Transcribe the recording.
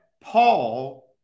Paul